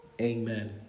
Amen